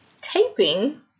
taping